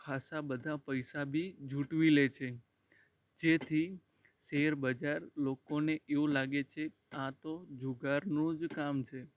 ખાસ્સા બધા પૈસા બી ઝુંટવી લે છે જેથી શેર બજાર લોકોને એવું લાગે છે આ તો જુગારનું જ કામ છે